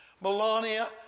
Melania